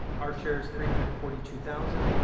our share is three hundred and forty two thousand.